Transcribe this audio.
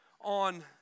on